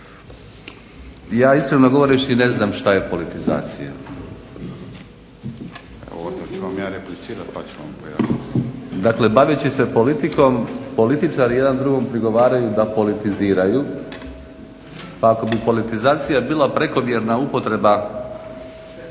ja replicirati pa ću vam pojasniti./… Dakle, baveći se politikom političari jedan drugom prigovaraju da politiziraju pa ako bi politizacija bila prekomjerna upotreba